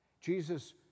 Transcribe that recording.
Jesus